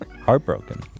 heartbroken